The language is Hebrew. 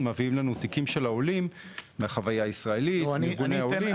מביאים לנו תיקים של העולים מהחוויה הישראלית מארגוני העולים.